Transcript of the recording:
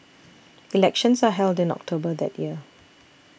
elections are held in October that year